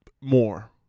more